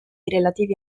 relativi